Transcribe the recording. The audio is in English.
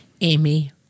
amy